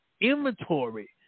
inventory